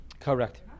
correct